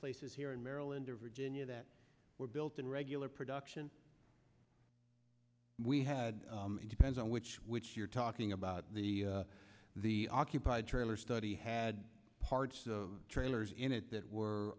places here in maryland or virginia that were built in regular production we had depends on which which you're talking about the the occupied trailer study had parts of trailers in it that were